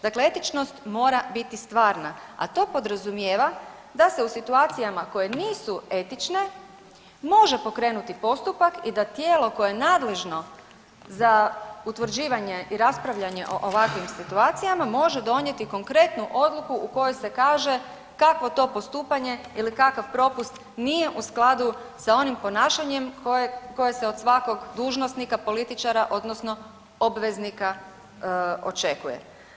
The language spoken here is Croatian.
Dakle etičnost mora biti stvarna, a to podrazumijeva da se u situacijama koje nisu etične može pokrenuti postupak i da tijelo koje je nadležno za utvrđivanje i raspravljanje o ovakvim situacijama može donijeti konkretnu odluku u kojoj se kaže kakvo to postupanje ili kakav propust nije u skladu sa onim ponašanjem koje se od svakom dužnosnika, političara odnosno obveznika očekuje.